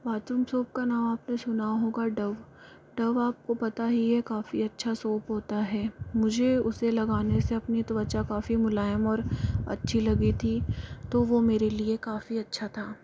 bathroom soap का नाम आपने सुना होगा डव डव आपको पता ही है काफी अच्छा सोप होता है मुझे उसे लगाने से अपनी त्वचा काफी मुलायम और अच्छी लगी थी तो वह मेरे लिए काफी अच्छा था